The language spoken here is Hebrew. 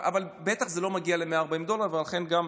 אבל זה בטח לא מגיע ל-140 דולר, ולכן גם,